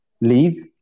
Leave